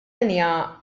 linja